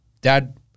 dad